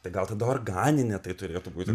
tai gal tada organinė tai turėtų būti